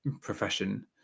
profession